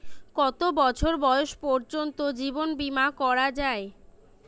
কত বছর বয়স পর্জন্ত জীবন বিমা করা য়ায়?